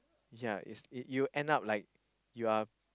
yea it's you you end up like you are